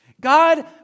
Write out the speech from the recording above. God